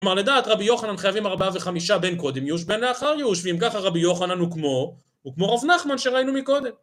כלומר לדעת רבי יוחנן חייבים ארבעה וחמישה בין קודם יושבין לאחר יושבין ככה רבי יוחנן הוא כמו רב נחמן שראינו מקודם